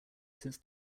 since